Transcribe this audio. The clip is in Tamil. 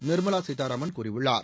நிர்மலா சீதாராமன் கூறியுள்ளார்